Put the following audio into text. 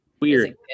weird